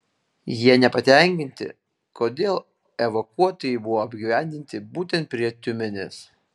jie nepatenkinti kodėl evakuotieji buvo apgyvendinti būtent prie tiumenės